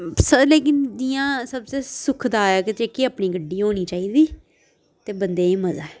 sir लेकिन जियां सबसे सुखदाई कि जेह्की अपनी गड्डी होनी चाहिदी ते बंदे गी मजा ऐ